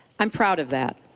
i'm proud of that.